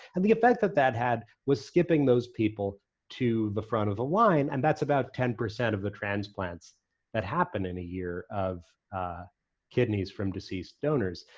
and the effect that that had was skipping those people to the front of the line, and that's about ten percent of the transplants that happen in a year of kidneys from deceased donors,